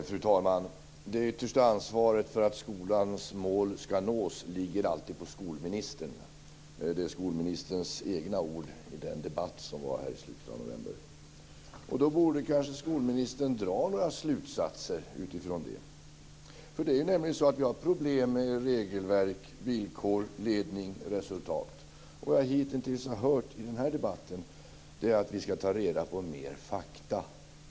Fru talman! Det yttersta ansvaret för att skolans mål ska nås ligger alltid på skolministern. Det är skolministerns egna ord i den debatt som fördes här i slutet av november. Skolministern borde kanske dra några slutsatser utifrån det. Det är nämligen så att vi har problem med regelverk, villkor, ledning och resultat. Det jag hitintills har hört i den här debatten är att vi ska ta reda på mer fakta.